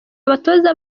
abatoza